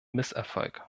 misserfolg